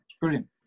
Brilliant